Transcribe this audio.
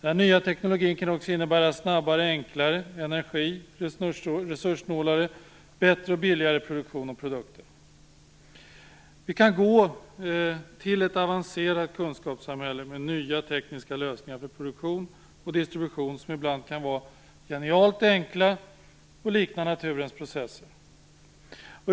Den nya teknologin kan också innebära snabbare, enklare och resurssnålare energi samt bättre och billigare produktion och produkter. Vi kan gå till ett avancerat kunskapssamhälle med nya tekniska lösningar för produktion och distribution som ibland kan vara genialt enkla och likna naturens processer.